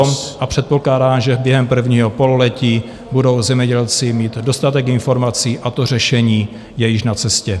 A předpokládám, že během prvního pololetí budou zemědělci mít dostatek informací, a to řešení je již na cestě.